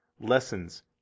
lessons